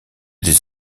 des